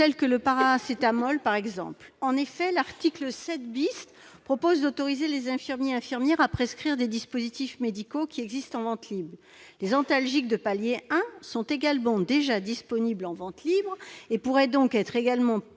tel que le paracétamol, par exemple. En effet, l'article 7 tend à autoriser les infirmiers et infirmières à prescrire des dispositifs médicaux qui existent en vente libre. Les antalgiques de palier I sont également déjà disponibles en vente libre et pourraient donc être prescrits